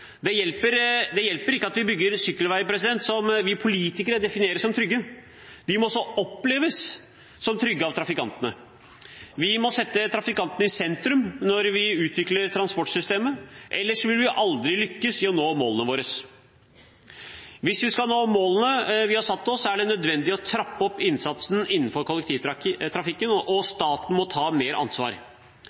Det hjelper ikke at vi bygger sykkelveier som vi politikere definerer som trygge – de må også oppleves som trygge av trafikantene. Vi må sette trafikantene i sentrum når vi utvikler transportsystemet. Ellers vil vi aldri lykkes i å nå målene våre. Hvis vi skal nå målene vi har satt oss, er det nødvendig å trappe opp innsatsen innenfor kollektivtrafikken, og staten må ta mer ansvar.